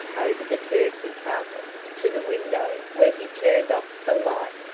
over the turkey carpet, to the window, where he turned off the light,